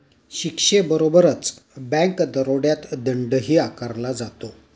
शिक्षेबरोबरच बँक दरोड्यात दंडही आकारला जातो